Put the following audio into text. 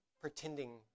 pretending